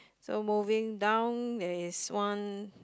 so moving down there is one